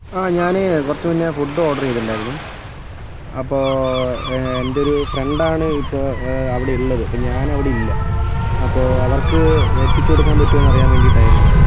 ആ ഞാന് കുറച്ച് മുന്നേ ഫുഡ് ഓർഡർ ചെയ്തിട്ടുണ്ടായിരുന്നു അപ്പോൾ എൻ്റെയൊരു ഫ്രണ്ടാണ് ഇപ്പോൾ അവിടെ ഉള്ളത് അപ്പോൾ ഞാൻ അവിടെ ഇല്ല അപ്പോൾ അവർക്ക് എത്തിച്ച് കൊടുക്കാൻ പറ്റുമോന്ന് അറിയാൻ വേണ്ടിട്ടായിരുന്നു